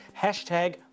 Hashtag